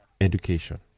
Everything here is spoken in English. education